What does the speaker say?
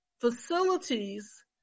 facilities